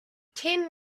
tin